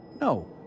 No